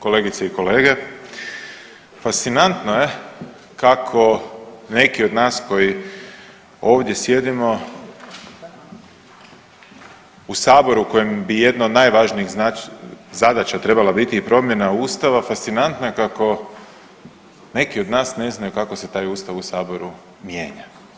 Kolegice i kolege, fascinantno je kako neki od nas koji ovdje sjedimo u saboru u kojem bi jedna od najvažnijih zadaća trebala biti i promjena Ustava, fascinantno je kako neki od nas ne znaju kako se taj Ustav u saboru mijenja.